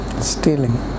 stealing